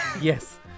Yes